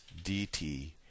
dt